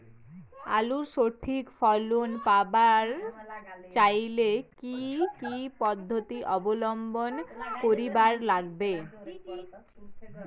আলুর সঠিক ফলন পাবার চাইলে কি কি পদ্ধতি অবলম্বন করিবার লাগবে?